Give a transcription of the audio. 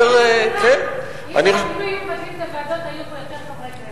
אם היו מבטלים את הוועדות היו פה יותר חברי כנסת.